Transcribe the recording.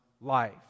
life